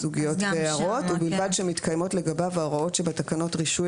ובלבד שמתקיימות לגביו ההוראות שבתקנות רישוי